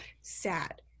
sad